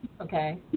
okay